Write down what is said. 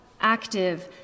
active